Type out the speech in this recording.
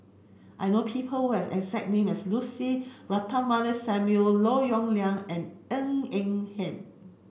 I know people who have exact name as Lucy Ratnammah Samuel Lim Yong Liang and Ng Eng Hen